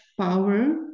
power